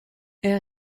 elle